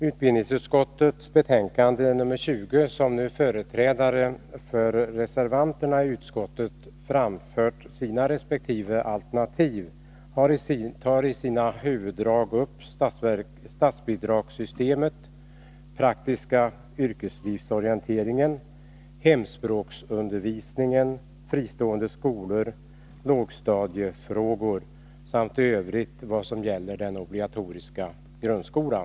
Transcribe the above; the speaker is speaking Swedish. Utbildningsutskottets betänkande 20, till vilket företrädare för reservanterna nu har framfört sina resp. alternativ, tar i sina huvuddrag upp följande frågor: statsbidragssystemet, den praktiska arbetslivsorienteringen, hemspråksundervisningen, fristående skolor, lågstadiefrågor och övriga frågor som gäller den obligatoriska grundskolan.